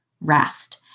rest